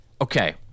okay